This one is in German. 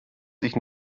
dich